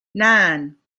nine